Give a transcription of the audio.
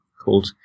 Called